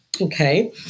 Okay